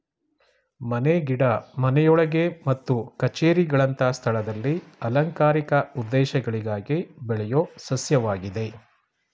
ಮನೆ ಗಿಡ ಮನೆಯೊಳಗೆ ಮತ್ತು ಕಛೇರಿಗಳಂತ ಸ್ಥಳದಲ್ಲಿ ಅಲಂಕಾರಿಕ ಉದ್ದೇಶಗಳಿಗಾಗಿ ಬೆಳೆಯೋ ಸಸ್ಯವಾಗಿದೆ